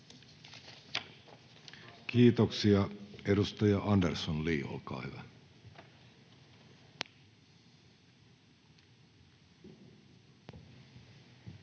Kiitoksia. — Edustaja Andersson, Li, olkaa hyvä. Arvoisa